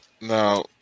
Now